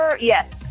yes